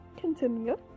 Continue